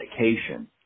medication